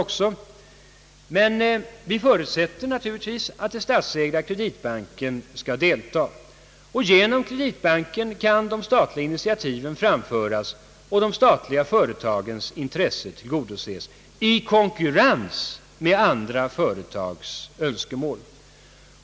Vi förutsätter därför som något helt na turligt att den statsägda Kreditbanken skall delta i återfinansieringsinstitutionen. Genom Kreditbanken kan de statliga initiativen framföras och de statliga företagens intressen tillgodoses — i konkurrens med andra företags önskemål.